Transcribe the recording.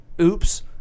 oops